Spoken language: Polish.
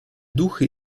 duchy